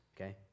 Okay